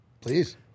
Please